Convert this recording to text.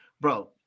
bro